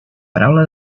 paraula